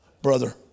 Brother